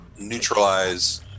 neutralize